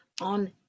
on